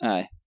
Aye